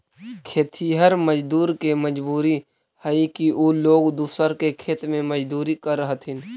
खेतिहर मजदूर के मजबूरी हई कि उ लोग दूसर के खेत में मजदूरी करऽ हथिन